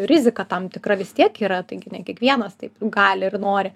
rizika tam tikra vis tiek yra taigi ne kiekvienas taip gali ir nori